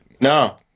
No